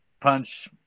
punch